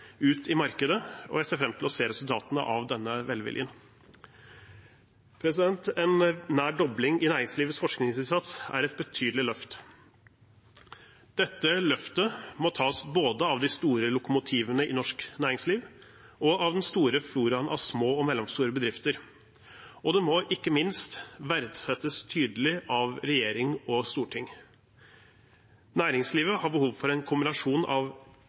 ut i markedet, og jeg ser fram til å se resultatene av denne velviljen. En nær dobling i næringslivets forskningsinnsats er et betydelig løft. Dette løftet må tas både av de store lokomotivene i norsk næringsliv og av den store floraen av små og mellomstore bedrifter – og det må ikke minst verdsettes tydelig av regjering og storting. Næringslivet har behov for en kombinasjon av